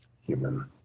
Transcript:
human